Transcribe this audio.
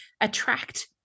attract